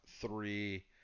three